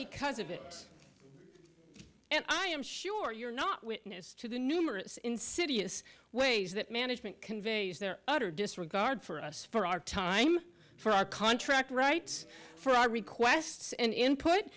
because of it and i am sure you're not witness to the numerous insidious ways that management conveys their utter disregard for us for our time for our contract rights for our requests and input